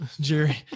Jerry